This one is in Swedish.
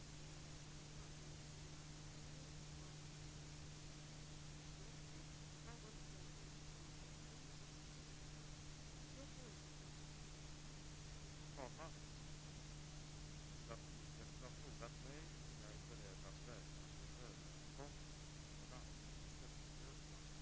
Sammanfattningsvis: Det är en mycket intressant idé. Det gäller ett mycket viktigt område. Det finns miljardvinster som hägrar. Genomtänkt försöksverksamhet, positiv utvärdering - regeringen lägger den åt sidan. Här i riksdagen kommer statsrådets partivänner att hävda att man inte vill ha någon lösning enligt FINSAM-modellen och att man skall vänta tills utvärderingen av de s.k. SOCSAM-försöken är klara våren 2001. Det är handlingskraft det! Jag har två frågor. Den ena är: Går det att få något besked om vad som händer med Dagmarmedlen? Annars får vi ta upp det i något annat sammanhang.